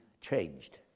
changed